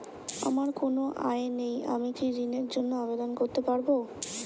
আমার কোনো আয় নেই আমি কি ঋণের জন্য আবেদন করতে পারব?